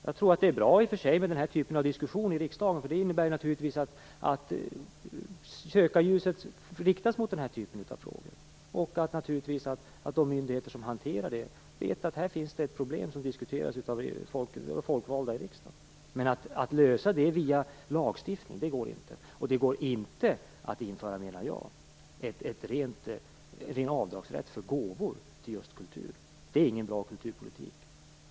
Jag tror i och för sig att det är bra med den här typen av diskussion i riksdagen. Det innebär naturligtvis att sökarljuset riktas mot den här typen av frågor. De myndigheter som hanterar detta vet att det här finns ett problem som diskuteras av de folkvalda i riksdagen. Men att lösa det via lagstiftning går inte. Jag menar att det inte går att införa en ren avdragsrätt för gåvor till just kultur. Det är inte någon bra kulturpolitik.